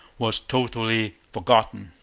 was totally forgotten.